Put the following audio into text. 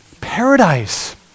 Paradise